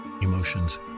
emotions